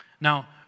Now